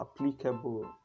applicable